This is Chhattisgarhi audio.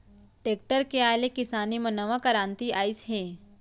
टेक्टर के आए ले किसानी म नवा करांति आइस हे